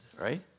right